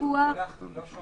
לבדוק אותם באמצעות הגעה למקום,